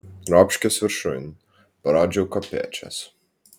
ropškis viršun parodžiau kopėčias